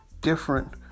different